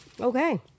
Okay